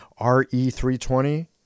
RE320